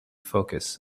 focus